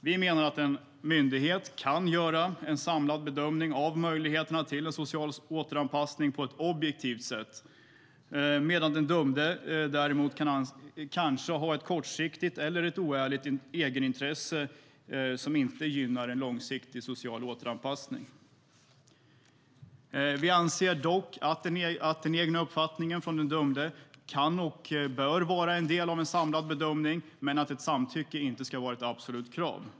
Vi menar att en myndighet kan göra en samlad bedömning av möjligheterna till social återanpassning på ett objektivt sätt. Den dömde kanske däremot har ett kortsiktigt eller oärligt egenintresse som inte gynnar en långsiktig social återanpassning. Vi anser dock att den dömdes egen uppfattning kan och bör vara en del av en samlad bedömning men att ett samtycke inte ska vara ett absolut krav.